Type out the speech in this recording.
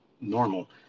normal